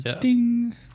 Ding